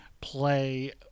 play